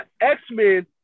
X-Men